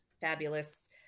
fabulous